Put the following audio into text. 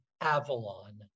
Avalon